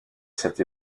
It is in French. cette